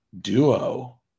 duo